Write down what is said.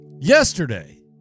yesterday